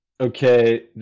Okay